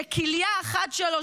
שכליה אחת שלו,